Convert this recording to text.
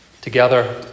Together